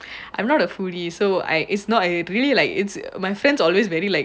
I'm not a foodie so I it's not really like it's my friends always very like